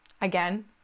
again